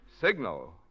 Signal